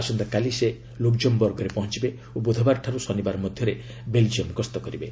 ଆସନ୍ତାକାଲି ସେ ଲୁକ୍ଜେମ୍ବର୍ଗରେ ପହଞ୍ଚବେ ଓ ବୁଧବାରଠାରୁ ଶନିବାର ମଧ୍ୟରେ ବେଲ୍ଜିୟମ୍ ଗସ୍ତ କରିବେ